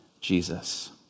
Jesus